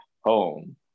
home